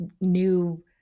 new